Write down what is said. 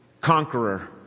conqueror